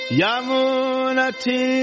Yamunati